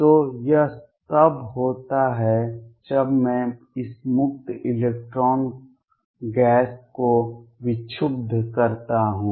तो यह तब होता है जब मैं इस मुक्त इलेक्ट्रॉन गैस को विक्षुब्ध करता हूं